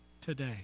today